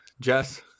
Jess